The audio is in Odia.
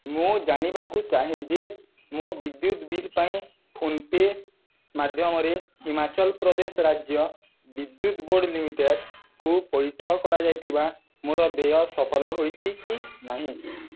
ମୁଁ ଜାଣିବାକୁ ଚାହେଁ ଯେ ମୋ ବିଦ୍ୟୁତ ବିଲ୍ ପାଇଁ ଫୋନ ପେ ମାଧ୍ୟମରେ ହିମାଚଳ ପ୍ରଦେଶ ରାଜ୍ୟ ବିଦ୍ୟୁତ ବୋର୍ଡ଼ ଲିମିଟେଡ଼୍ କୁ ପଇଠ କରାଯାଇଥିବା ମୋର ଦେୟ ସଫଳ ହୋଇଛି କି ନାହିଁ